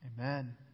Amen